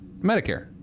Medicare